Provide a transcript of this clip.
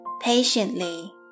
patiently